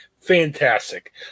Fantastic